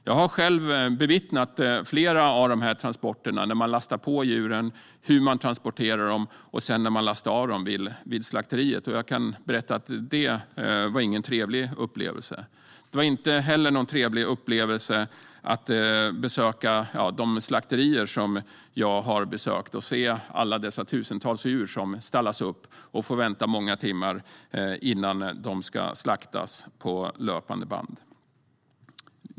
Jag har själv bevittnat många av dessa transporter, hur man lastar på djuren, transporterar dem och till sist lastar av dem vid slakteriet. Jag kan berätta att det inte var någon trevlig upplevelse. Det var inte heller någon trevlig upplevelse att besöka slakterier och se dessa tusentals djur som stallas upp och får vänta många timmar innan de ska slaktas på löpande band.